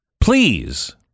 Please